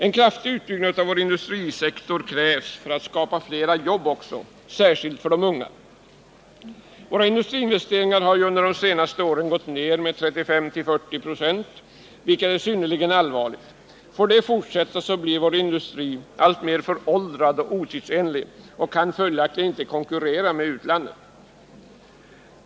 En kraftig utbyggnad av vår industrisektor krävs också för att skapa fler jobb, särskilt för de unga. Våra industriinvesteringar har under de senaste åren gått ned med 35 å 40 96, vilket är synnerligen allvarligt. Får detta fortsätta blir vår industri allt mer föråldrad och otidsenlig och kan följaktligen inte konkurrera med utlandet.